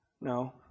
No